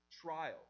trial